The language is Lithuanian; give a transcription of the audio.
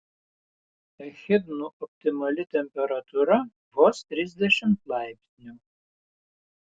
echidnų optimali temperatūra vos trisdešimt laipsnių